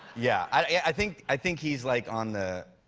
yeah i think i think he's like on the,